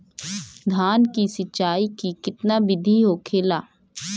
धान की सिंचाई की कितना बिदी होखेला?